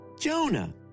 Jonah